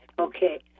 Okay